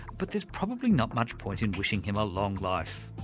but there's probably not much point and wishing him a long life!